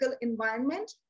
environment